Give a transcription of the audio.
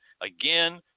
again